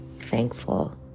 thankful